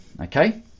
Okay